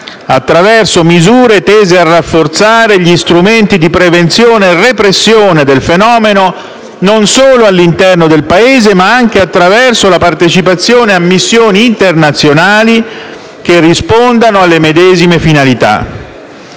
attraverso misure tese a rafforzare gli strumenti di prevenzione e repressione del fenomeno all'interno del Paese e mediante la partecipazione a missioni internazionali che rispondano alle medesima finalità.